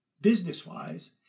business-wise